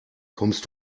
kommst